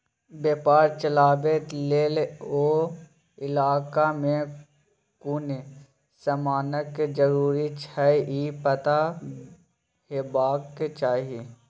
बेपार चलाबे लेल ओ इलाका में कुन समानक जरूरी छै ई पता हेबाक चाही